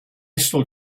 still